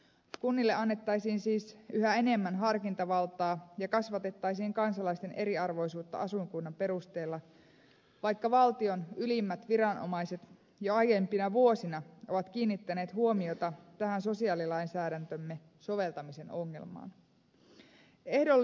kunnille annettaisiin siis yhä enemmän harkintavaltaa ja kasvatettaisiin kansalaisten eriarvoisuutta asuinkunnan perusteella vaikka valtion ylimmät viranomaiset jo aiempina vuosina ovat kiinnittäneet huomiota tähän sosiaalilainsäädäntömme soveltamisen ongelmaan